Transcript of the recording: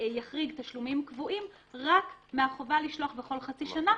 תשלומים קבועים רק מהחובה לשלוח בכל חצי שנה,